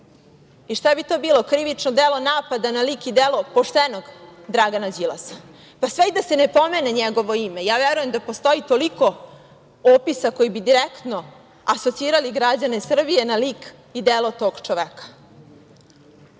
i šta bi to bilo – krivično delo napada na lik i delo poštenog Dragana Đilasa? Sve i da se ne pomene njegovo ime, verujem da postoji toliko opisa koji bi direktno asocirali građane Srbije na lik i delo tog čoveka